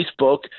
Facebook